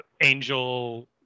angel